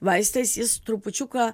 vaistais jis trupučiuką